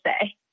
say